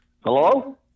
Hello